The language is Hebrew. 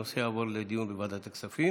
הנושא יעבור לדיון בוועדת הכספים,